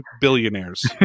billionaires